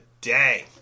day